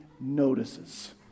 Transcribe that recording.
notices